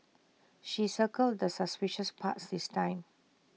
she circled the suspicious parts this time